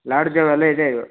lodge ಅವೆಲ್ಲ ಇದೆ ಅದು